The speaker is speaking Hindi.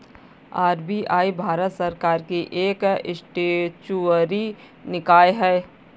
आर.बी.आई भारत सरकार की एक स्टेचुअरी निकाय है